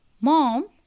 Mom